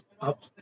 Up